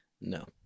No